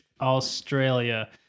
Australia